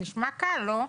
נשמע קל, לא?